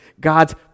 God's